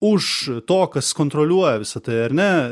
už to kas kontroliuoja visa tai ar ne